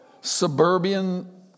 suburban